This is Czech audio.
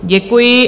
Děkuji.